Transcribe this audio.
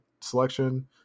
selection